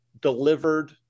delivered